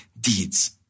deeds